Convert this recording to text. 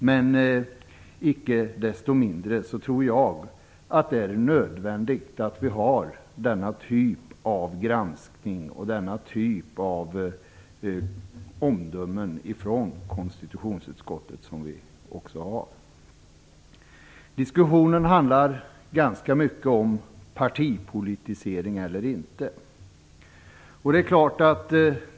Men icke desto mindre tror jag att det är nödvändigt att vi har den typ av granskning och omdömen från konstitutionsutskottet som vi har. Diskussionen handlar ganska mycket om partipolitisering eller inte.